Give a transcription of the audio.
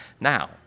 now